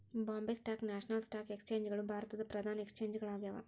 Bombay stock national stock exchange ಗಳು ಭಾರತದ್ ಪ್ರಧಾನ ಎಕ್ಸ್ಚೇಂಜ್ ಗಳಾಗ್ಯಾವ